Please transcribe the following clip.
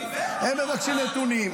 --- הם מבקשים נתונים,